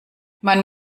man